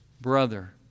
brother